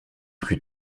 plus